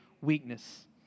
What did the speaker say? weakness